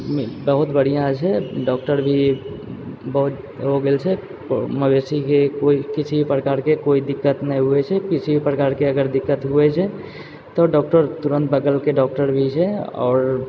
बहुत बढ़िआँ छै डॉक्टर भी बहुत भऽ गेल छै मवेशीके कोई किसी प्रकारके कोई दिक्कत नहि होइ छै किसी भी प्रकारके अगर दिक्कत होइ छै तऽ डॉक्टर तुरन्त बगलके डॉक्टर भी छै आओर